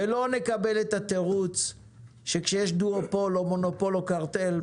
ולא נקבל את התירוץ שכשיש דואופול או מונופול או קרטל,